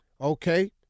Okay